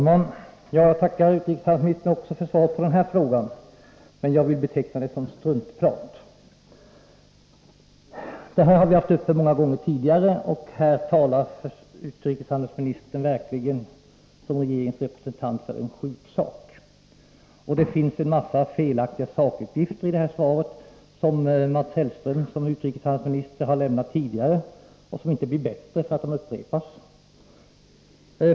Fru talman! Jag tackar utrikeshandelsministern också för svaret på den här frågan. Men jag vill beteckna det som struntprat. Det här har vi haft uppe många gånger tidigare. Här talar utrikeshandelsministern nu verkligen som regeringens representant för en sjuk sak. Det är en hel del felaktiga sakuppgifter i svaret som Mats Hellström som utrikeshandelsminister har lämnat också tidigare och som inte blir bättre genom att de upprepas.